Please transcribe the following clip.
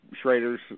Schrader's